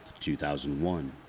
2001